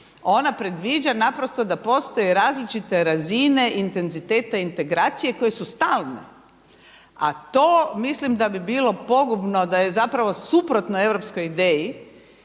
Ona predviđa naprosto da postoje različite razine intenziteta integracije koje su stalne. A to mislim da bi bilo pogubno da je zapravo suprotno europskoj ideji